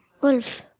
Wolf